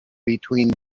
between